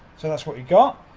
so, that's what you got.